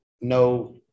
no